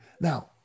Now